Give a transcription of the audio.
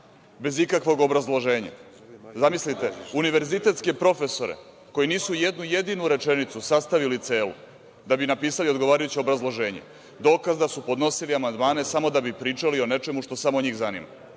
bez ikakvog obrazloženja. Zamislite univerzitetske profesore koji nisu jednu jedinu rečenicu sastavili celu da bi napisali odgovarajuće obrazloženje. Dokaz da su podnosili amandmane samo da bi pričali o nečemu što samo njih zanima. Sada,